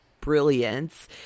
brilliance